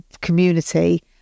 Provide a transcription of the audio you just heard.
community